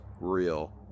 real